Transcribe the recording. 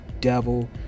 devil